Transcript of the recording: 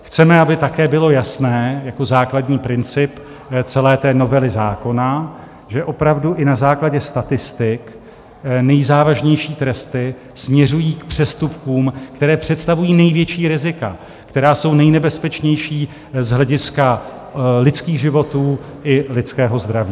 Chceme, aby také bylo jasné jako základní princip celé novely zákony, že opravdu i na základě statistik nejzávažnější tresty směřují k přestupkům, které představují největší rizika, která jsou nejnebezpečnější z hlediska lidských životů i lidského zdraví.